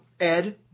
Ed